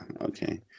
okay